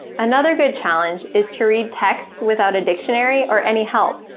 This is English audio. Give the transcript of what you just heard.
another good challenge is to read texts without a dictionary or any help.